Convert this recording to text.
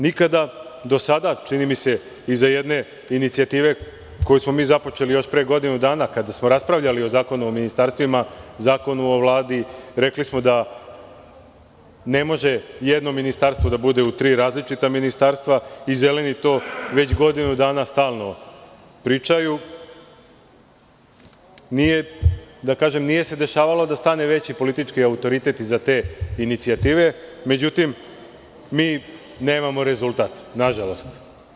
Nikada do sada čini mi se, iza jedne inicijative koju smo mi započeli još pre godinu dana kada smo raspravljali o Zakonu o ministarstvima, Zakonu o Vladi, rekli smo da ne može jedno ministarstvo bude u tri različita ministarstva i „zeleni“ to već godinu dana stalno pričaju, da kažem nije se dešavalo da stane veći politički autoritet iza te inicijative, međutim, mi nemamo rezultat, nažalost.